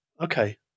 okay